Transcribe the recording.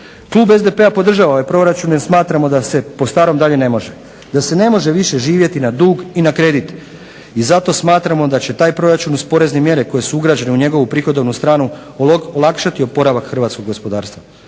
Klub SDP-a podržava ovaj proračun jer smatramo da se po starom dalje ne može, da se više ne može živjeti na dug i na kredit. I zato smatramo da će taj proračun sa porezne mjere koje su ugrađene u njegovu prihodovnu stranu olakšati oporavak hrvatskog gospodarstva.